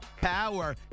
power